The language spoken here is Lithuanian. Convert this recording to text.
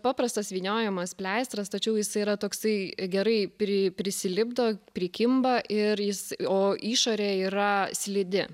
paprastas vyniojamas pleistras tačiau jisai yra toksai gerai pri prisilipdo prikimba ir jis o išorė yra slidi